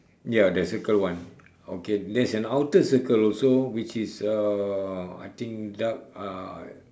ya the circle one okay there's an outer circle also which is uh I think dark uh